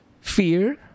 fear